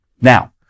Now